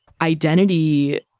identity